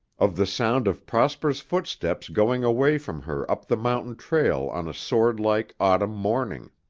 of the sound of prosper's footsteps going away from her up the mountain trail on a swordlike, autumn morning.